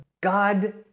God